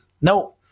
No